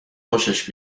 خوشش